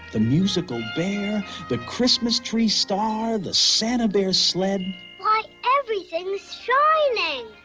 the musical bear the christmas tree star the santa bear sled why everything's shining!